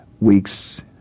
weeks